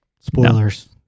Spoilers